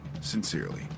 Sincerely